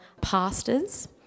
pastors